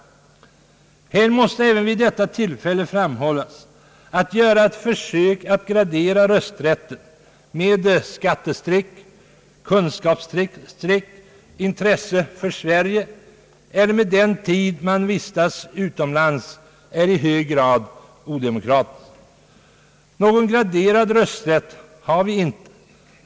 Vid detta tillfälle måste även framhållas, att det är i hög grad odemokratiskt att göra ett försök att gradera rösträtten med skattestreck, kunskapsstreck, intresse för Sverige eller med den tid som man har vistats utomlands. Någon graderad rösträtt har vi inte.